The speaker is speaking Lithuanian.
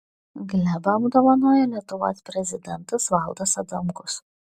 glebą apdovanojo lietuvos prezidentas valdas adamkus